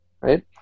Right